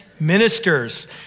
Ministers